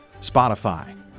Spotify